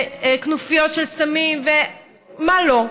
כנופיות של סמים ומה לא.